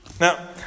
Now